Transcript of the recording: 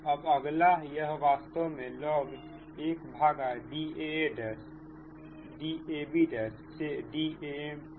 अब अगला यह वास्तव में log1DaaDabDam है